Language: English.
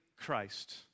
Christ